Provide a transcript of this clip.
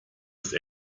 ist